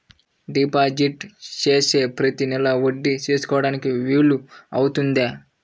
Deposit చేస్తే ప్రతి నెల వడ్డీ తీసుకోవడానికి వీలు అవుతుందా?